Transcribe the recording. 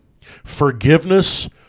Forgiveness